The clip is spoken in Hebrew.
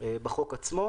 בחוק עצמו.